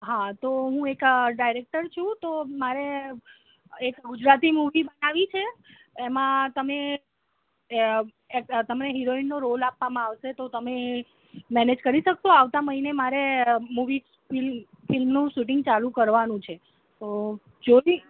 હા તો હું એક ડાઈરેકટર છું તો મારે એક ગુજરાતી મૂવી બનાવી છે એમાં તમે તમને હિરોઈનનો રોલ આપવામાં આવશે તો તમે મેનેજ કરી શકશો આવતા મહિને મારે મૂવી ફિલ્મ ફિલ્મનું શૂટિંગ ચાલુ કરવાનું છે તો જોવી